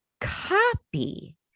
copy